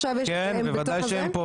עכשיו הם בתוך זה?